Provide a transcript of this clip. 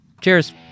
cheers